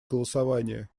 голосования